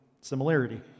Similarity